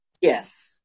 Yes